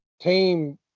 team